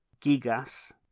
Gigas